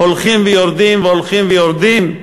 הולכים ויורדים והולכים ויורדים?